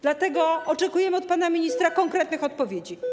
Dlatego oczekujemy od pana ministra konkretnych odpowiedzi.